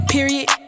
Period